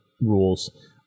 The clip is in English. rules